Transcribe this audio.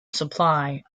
supply